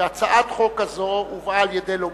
שהצעת החוק הזאת הובאה על-ידי לוביסטים,